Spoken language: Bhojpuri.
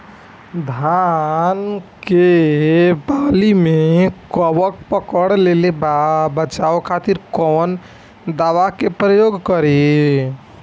धान के वाली में कवक पकड़ लेले बा बचाव खातिर कोवन दावा के प्रयोग करी?